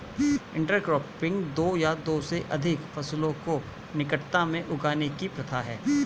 intercropping दो या दो से अधिक फसलों को निकटता में उगाने की प्रथा है